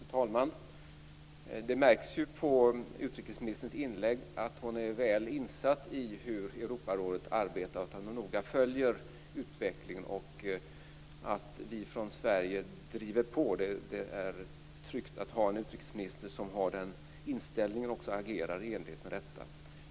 Fru talman! Det märks på utrikesministerns inlägg att hon är väl insatt i hur Europarådet arbetar och noga följer utvecklingen liksom att vi från Sverige driver på. Det är tryggt att ha en utrikesminister som har den inställningen och som också agerar i enlighet med detta.